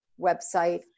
website